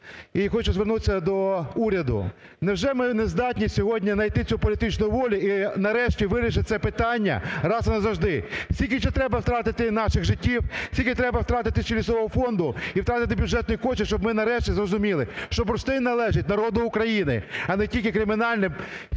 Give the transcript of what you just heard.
і хочу звернутися до уряду. Невже ми не здатні сьогодні найти цю політичну волю і нарешті вирішити це питання раз і назавжди. Скільки ще треба втратити наших життів, скільки треба втратити ще лісового фонду і втратити бюджетні кошти, щоб ми, нарешті, зрозуміли, що бурштин належить народу України, а не тільки кримінальним